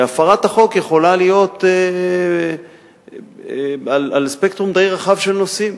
והפרת החוק יכולה להיות על ספקטרום די רחב של נושאים,